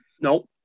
No